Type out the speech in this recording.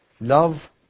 Love